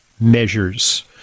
measures